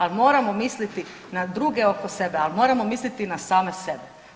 Ali moramo misliti na druge oko sebe, ali moramo misliti i na same sebe.